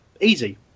Easy